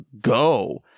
Go